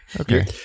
Okay